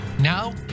Now